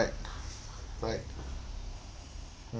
right mm